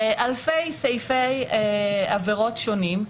ואלפי סעיפי עבירות שונים,